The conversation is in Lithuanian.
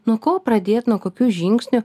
nuo ko pradėt nuo kokių žingsnių